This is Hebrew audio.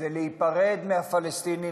היא להיפרד מהפלסטינים,